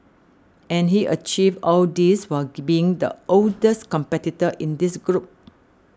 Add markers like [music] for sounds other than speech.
and he achieved all this while [noise] being the oldest competitor in this group